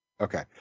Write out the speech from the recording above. Okay